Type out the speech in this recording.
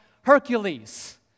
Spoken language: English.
Hercules